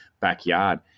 backyard